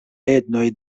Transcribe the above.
etnoj